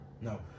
No